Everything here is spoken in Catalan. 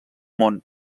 món